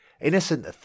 Innocent